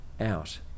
out